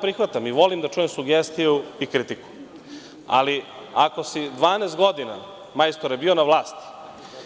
Prihvatam i volim da čujem sugestiju i kritiku, ali ako si 12 godina, majstore, bio na vlasti